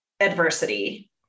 adversity